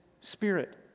Spirit